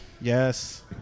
Yes